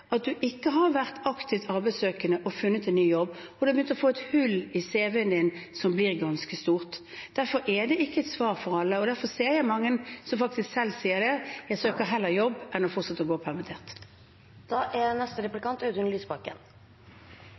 at man ikke har vært aktivt arbeidssøkende og funnet en ny jobb, og man har begynt å få et hull i cv-en sin som blir ganske stort. Derfor er det ikke et svar for alle, og derfor ser jeg mange som faktisk selv sier det: Jeg søker heller jobb enn å fortsette å gå